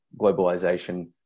globalization